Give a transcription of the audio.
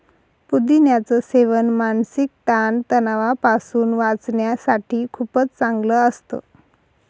पुदिन्याच सेवन मानसिक ताण तणावापासून वाचण्यासाठी खूपच चांगलं असतं